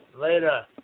Later